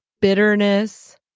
bitterness